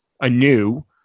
anew